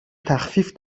تخفیف